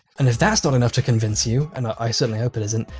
and if that's not enough to convince you and i certainly hope it isn't.